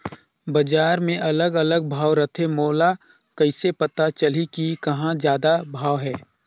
बजार मे अलग अलग भाव रथे, मोला कइसे पता चलही कि कहां जादा भाव हे?